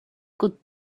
good